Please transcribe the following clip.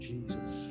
Jesus